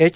H